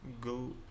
go